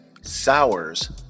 sours